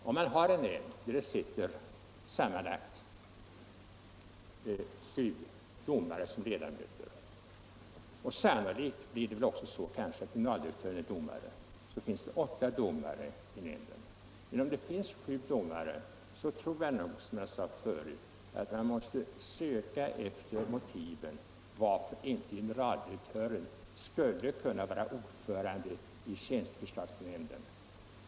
Om man har en nämnd där det sitter sammanlagt sju domare som ledamöter — sannolikt blir det väl också så att generaldirektören är domare och då finns det åtta domare som ledamöter — tro jag, som jag sade förut, att man måste söka efter motiven för att inte generaldirektören skulle kunna vara ordförande i tjänsteförslagsnämnden.